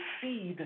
seed